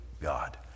God